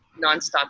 nonstop